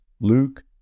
Luke